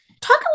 Talk